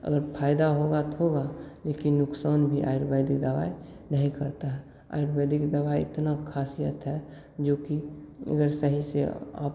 अगर फायदा होगा तो होगा लेकिन नुकसान भी आयुर्वेदिक दवाई नहीं करता है आयुर्वेदिक दवाई इतना खाँसी आता है जो कि अगर सही से आप